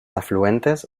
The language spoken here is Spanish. afluentes